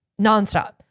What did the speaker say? nonstop